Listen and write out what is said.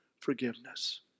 forgiveness